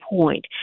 point